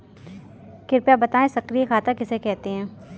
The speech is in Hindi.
कृपया बताएँ सक्रिय खाता किसे कहते हैं?